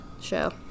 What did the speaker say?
show